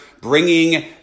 bringing